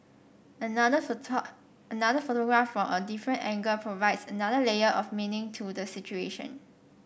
another another photograph from a different angle provides another layer of meaning to the situation